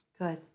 Good